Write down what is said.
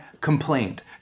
complaint